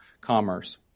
commerce